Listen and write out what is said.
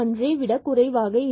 1 விட குறைவாக இருக்கும்